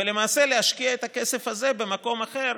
ולמעשה להשקיע את הכסף הזה במקום אחר,